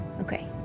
Okay